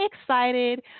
excited